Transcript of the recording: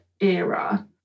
era